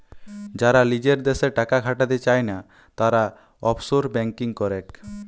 যারা লিজের দ্যাশে টাকা খাটাতে চায়না, তারা অফশোর ব্যাঙ্কিং করেক